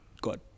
God